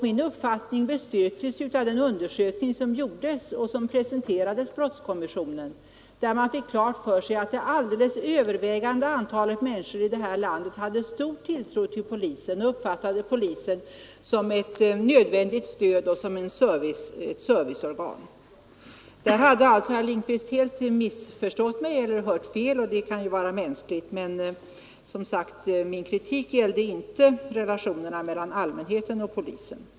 Min uppfattning bestyrktes av den undersökning som gjordes och som presenterades brottskommissionen, där man fick klart för sig att det alldeles övervägande antalet människor i det här landet hade stor tilltro till polisen och uppfattade polisen som ett nödvändigt stöd och som ett serviceorgan. — Där hade alltså herr Lindkvist helt missförstått mig eller hört fel. Sådant är ju mänskligt, men min kritik gällde som sagt inte relationerna mellan allmänheten och polisen.